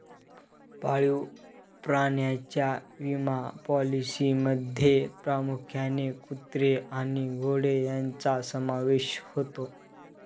पाळीव प्राण्यांच्या विमा पॉलिसींमध्ये प्रामुख्याने कुत्रे आणि घोडे यांचा समावेश होतो